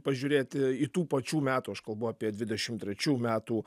pažiūrėti į tų pačių metų aš kalbu apie dvidešimt trečių metų